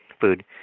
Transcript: food